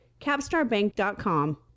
capstarbank.com